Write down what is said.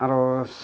आरज